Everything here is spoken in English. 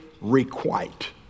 requite